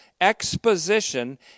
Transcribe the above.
exposition